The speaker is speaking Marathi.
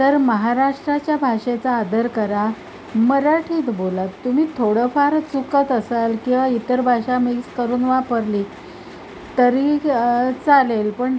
तर महाराष्ट्राच्या भाषेचा आदर करा मराठीत बोलात तुम्ही थोडंफार चुकत असाल किंवा इतर भाषा मिक्स करून वापरली तरी चालेल पण